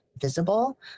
visible